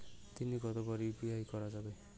দিনে কতবার ইউ.পি.আই করা যাবে?